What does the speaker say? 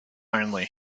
only